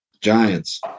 Giants